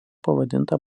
pavadinta